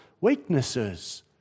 weaknesses